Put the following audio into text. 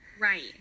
Right